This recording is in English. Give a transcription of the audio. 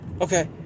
Okay